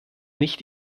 nicht